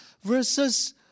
versus